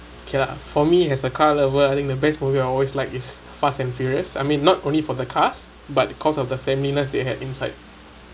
okay lah for me as a car lover the best movie I always like is fast and furious I mean not only for the cars but because of the family love they had inside